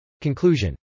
Conclusion